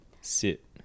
sit